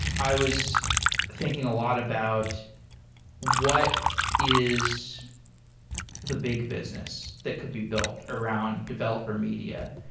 i was thinking a lot about what is the big business that could be built around developer media.